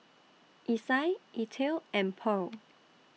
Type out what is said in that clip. Isai Ethyl and Purl